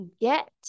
get